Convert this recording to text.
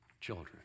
children